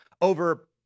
over